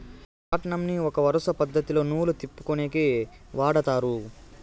రాట్నంని ఒక వరుస పద్ధతిలో నూలు తిప్పుకొనేకి వాడతారు